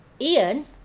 Ian